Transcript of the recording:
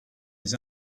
his